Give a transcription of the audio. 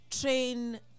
train